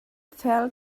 fell